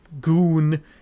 goon